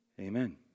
Amen